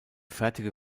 fertige